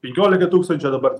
penkiolika tūkstančių o dabar